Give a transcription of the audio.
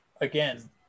again